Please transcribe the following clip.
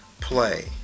play